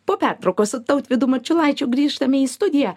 po pertraukos su tautvydu mačiulaičiu grįžtame į studiją